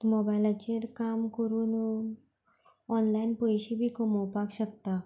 मोबायलाचेर काम करून ऑनलायन पयशे बी कमोवपाक शकता